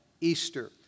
Easter